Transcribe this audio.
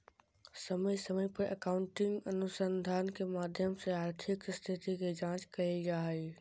समय समय पर अकाउन्टिंग अनुसंधान के माध्यम से आर्थिक स्थिति के जांच कईल जा हइ